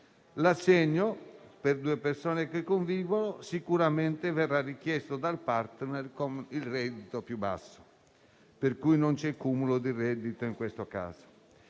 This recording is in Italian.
L'assegno per due persone che convivono sicuramente verrà richiesto dal *partner* con il reddito più basso, per cui non c'è cumulo di reddito in questo caso.